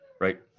Right